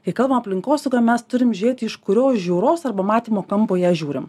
kai kalbam aplinkosauga mes turime žiūrėti iš kurio žiūros arba matymo kampo ją žiūrim